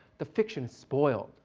the fiction's spoiled.